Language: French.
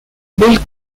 belle